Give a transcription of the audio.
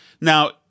Now